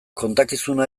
kontakizuna